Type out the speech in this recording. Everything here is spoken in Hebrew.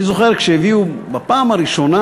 אני זוכר שכשהביאו בפעם הראשונה,